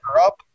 up